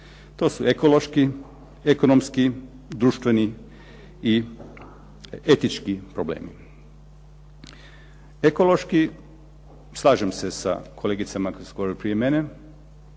To su ekološki, ekonomski, društveni i etički problemi. Ekološki slažem se s kolegicama koje su govorile prije mene.